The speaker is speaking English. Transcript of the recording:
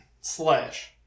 Slash